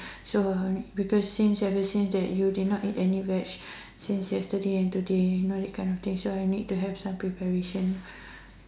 so because since ever since you never eat any veggie since today and yesterday so I need some preparation